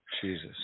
Jesus